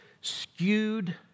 skewed